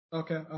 okay